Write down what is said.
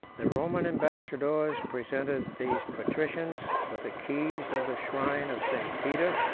the roman ambassadors presented these patricians with the keys of the shrine of st. peter,